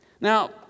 Now